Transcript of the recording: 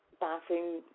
bathroom